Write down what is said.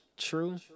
True